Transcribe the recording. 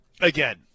again